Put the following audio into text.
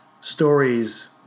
stories